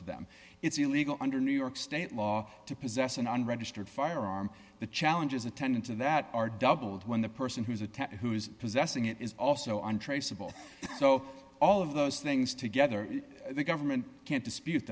to them it's illegal under new york state law to possess an unregistered firearm the challenges attendant to that are doubled when the person who's attacked whose possessing it is also untraceable so all of those things together the government can't dispute